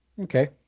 Okay